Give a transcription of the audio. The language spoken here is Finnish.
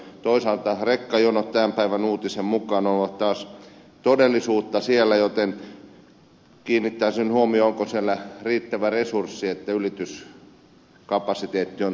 toisaalta rekkajonot tämän päivän uutisen mukaan ovat taas todellisuutta siellä joten kiinnittäisin huomiota siihen onko siellä riittävät resurssit että ylityskapasiteetti on täysin käytössä